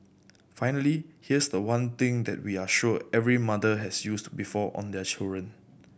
finally here's the one thing that we are sure every mother has used before on their children